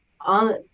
on